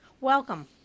Welcome